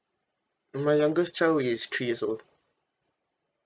my youngest child is three years old